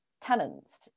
tenants